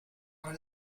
iron